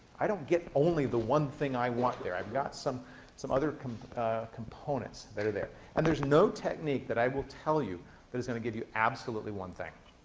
i don't get only the one thing i want there. i've got some some other components that are there. and there's no technique that i will tell you that is going to give you absolutely one thing.